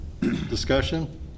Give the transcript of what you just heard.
Discussion